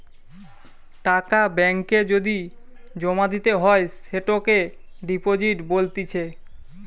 টাকা ব্যাঙ্ক এ যদি জমা দিতে হয় সেটোকে ডিপোজিট বলতিছে